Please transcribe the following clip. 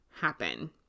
happen